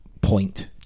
point